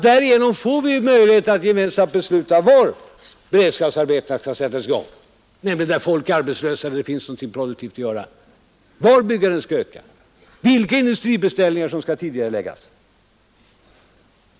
Därigenom får vi möjlighet att gemensamt besluta var beredskapsarbetena skall sättas i gång — nämligen där folk är arbetslösa och där det finns någonting positivt att göra — var byggandet skall öka, vilka industribeställningar som skall tidigareläggas.